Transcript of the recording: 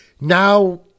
Now